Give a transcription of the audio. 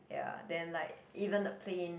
ya then like even the plain